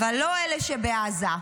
אבל לא אלה שבעזה,